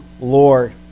Lord